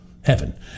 heaven